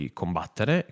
combattere